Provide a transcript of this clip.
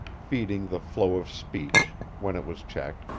feeding the flow of speech, when it was checked,